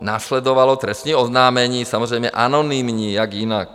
Následovalo trestní oznámení, samozřejmě anonymní, jak jinak.